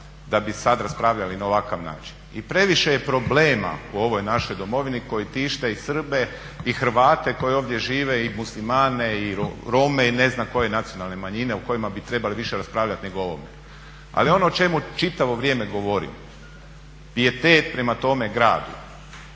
da bi sada raspravljali na ovakav način. I previše je problema u ovoj našoj Domovini koji tište i Srbe i Hrvate koji ovdje žive i Muslimane i Rome i ne znam koje nacionalne manjine o kojima bi trebali više raspravljati nego o ovome. Ali ono o čemu čitavo vrijeme govorim pijetet prema tome gradu,